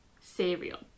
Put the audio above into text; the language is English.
cereal